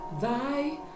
Thy